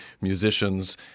musicians